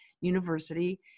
University